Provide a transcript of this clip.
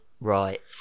Right